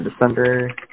December